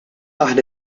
aħna